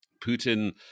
Putin